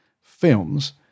films